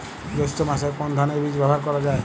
জৈষ্ঠ্য মাসে কোন ধানের বীজ ব্যবহার করা যায়?